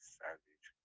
savage